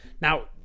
Now